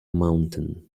mountain